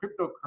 cryptocurrency